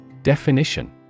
Definition